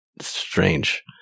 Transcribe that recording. strange